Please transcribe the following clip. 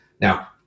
Now